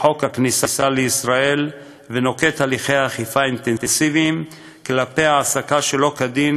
חוק הכניסה לישראל ונוקט הליכי אכיפה אינטנסיביים כלפי העסקה שלא כדין